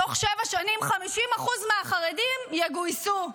בתוך שבע שנים 50% מהחרדים יגויסו.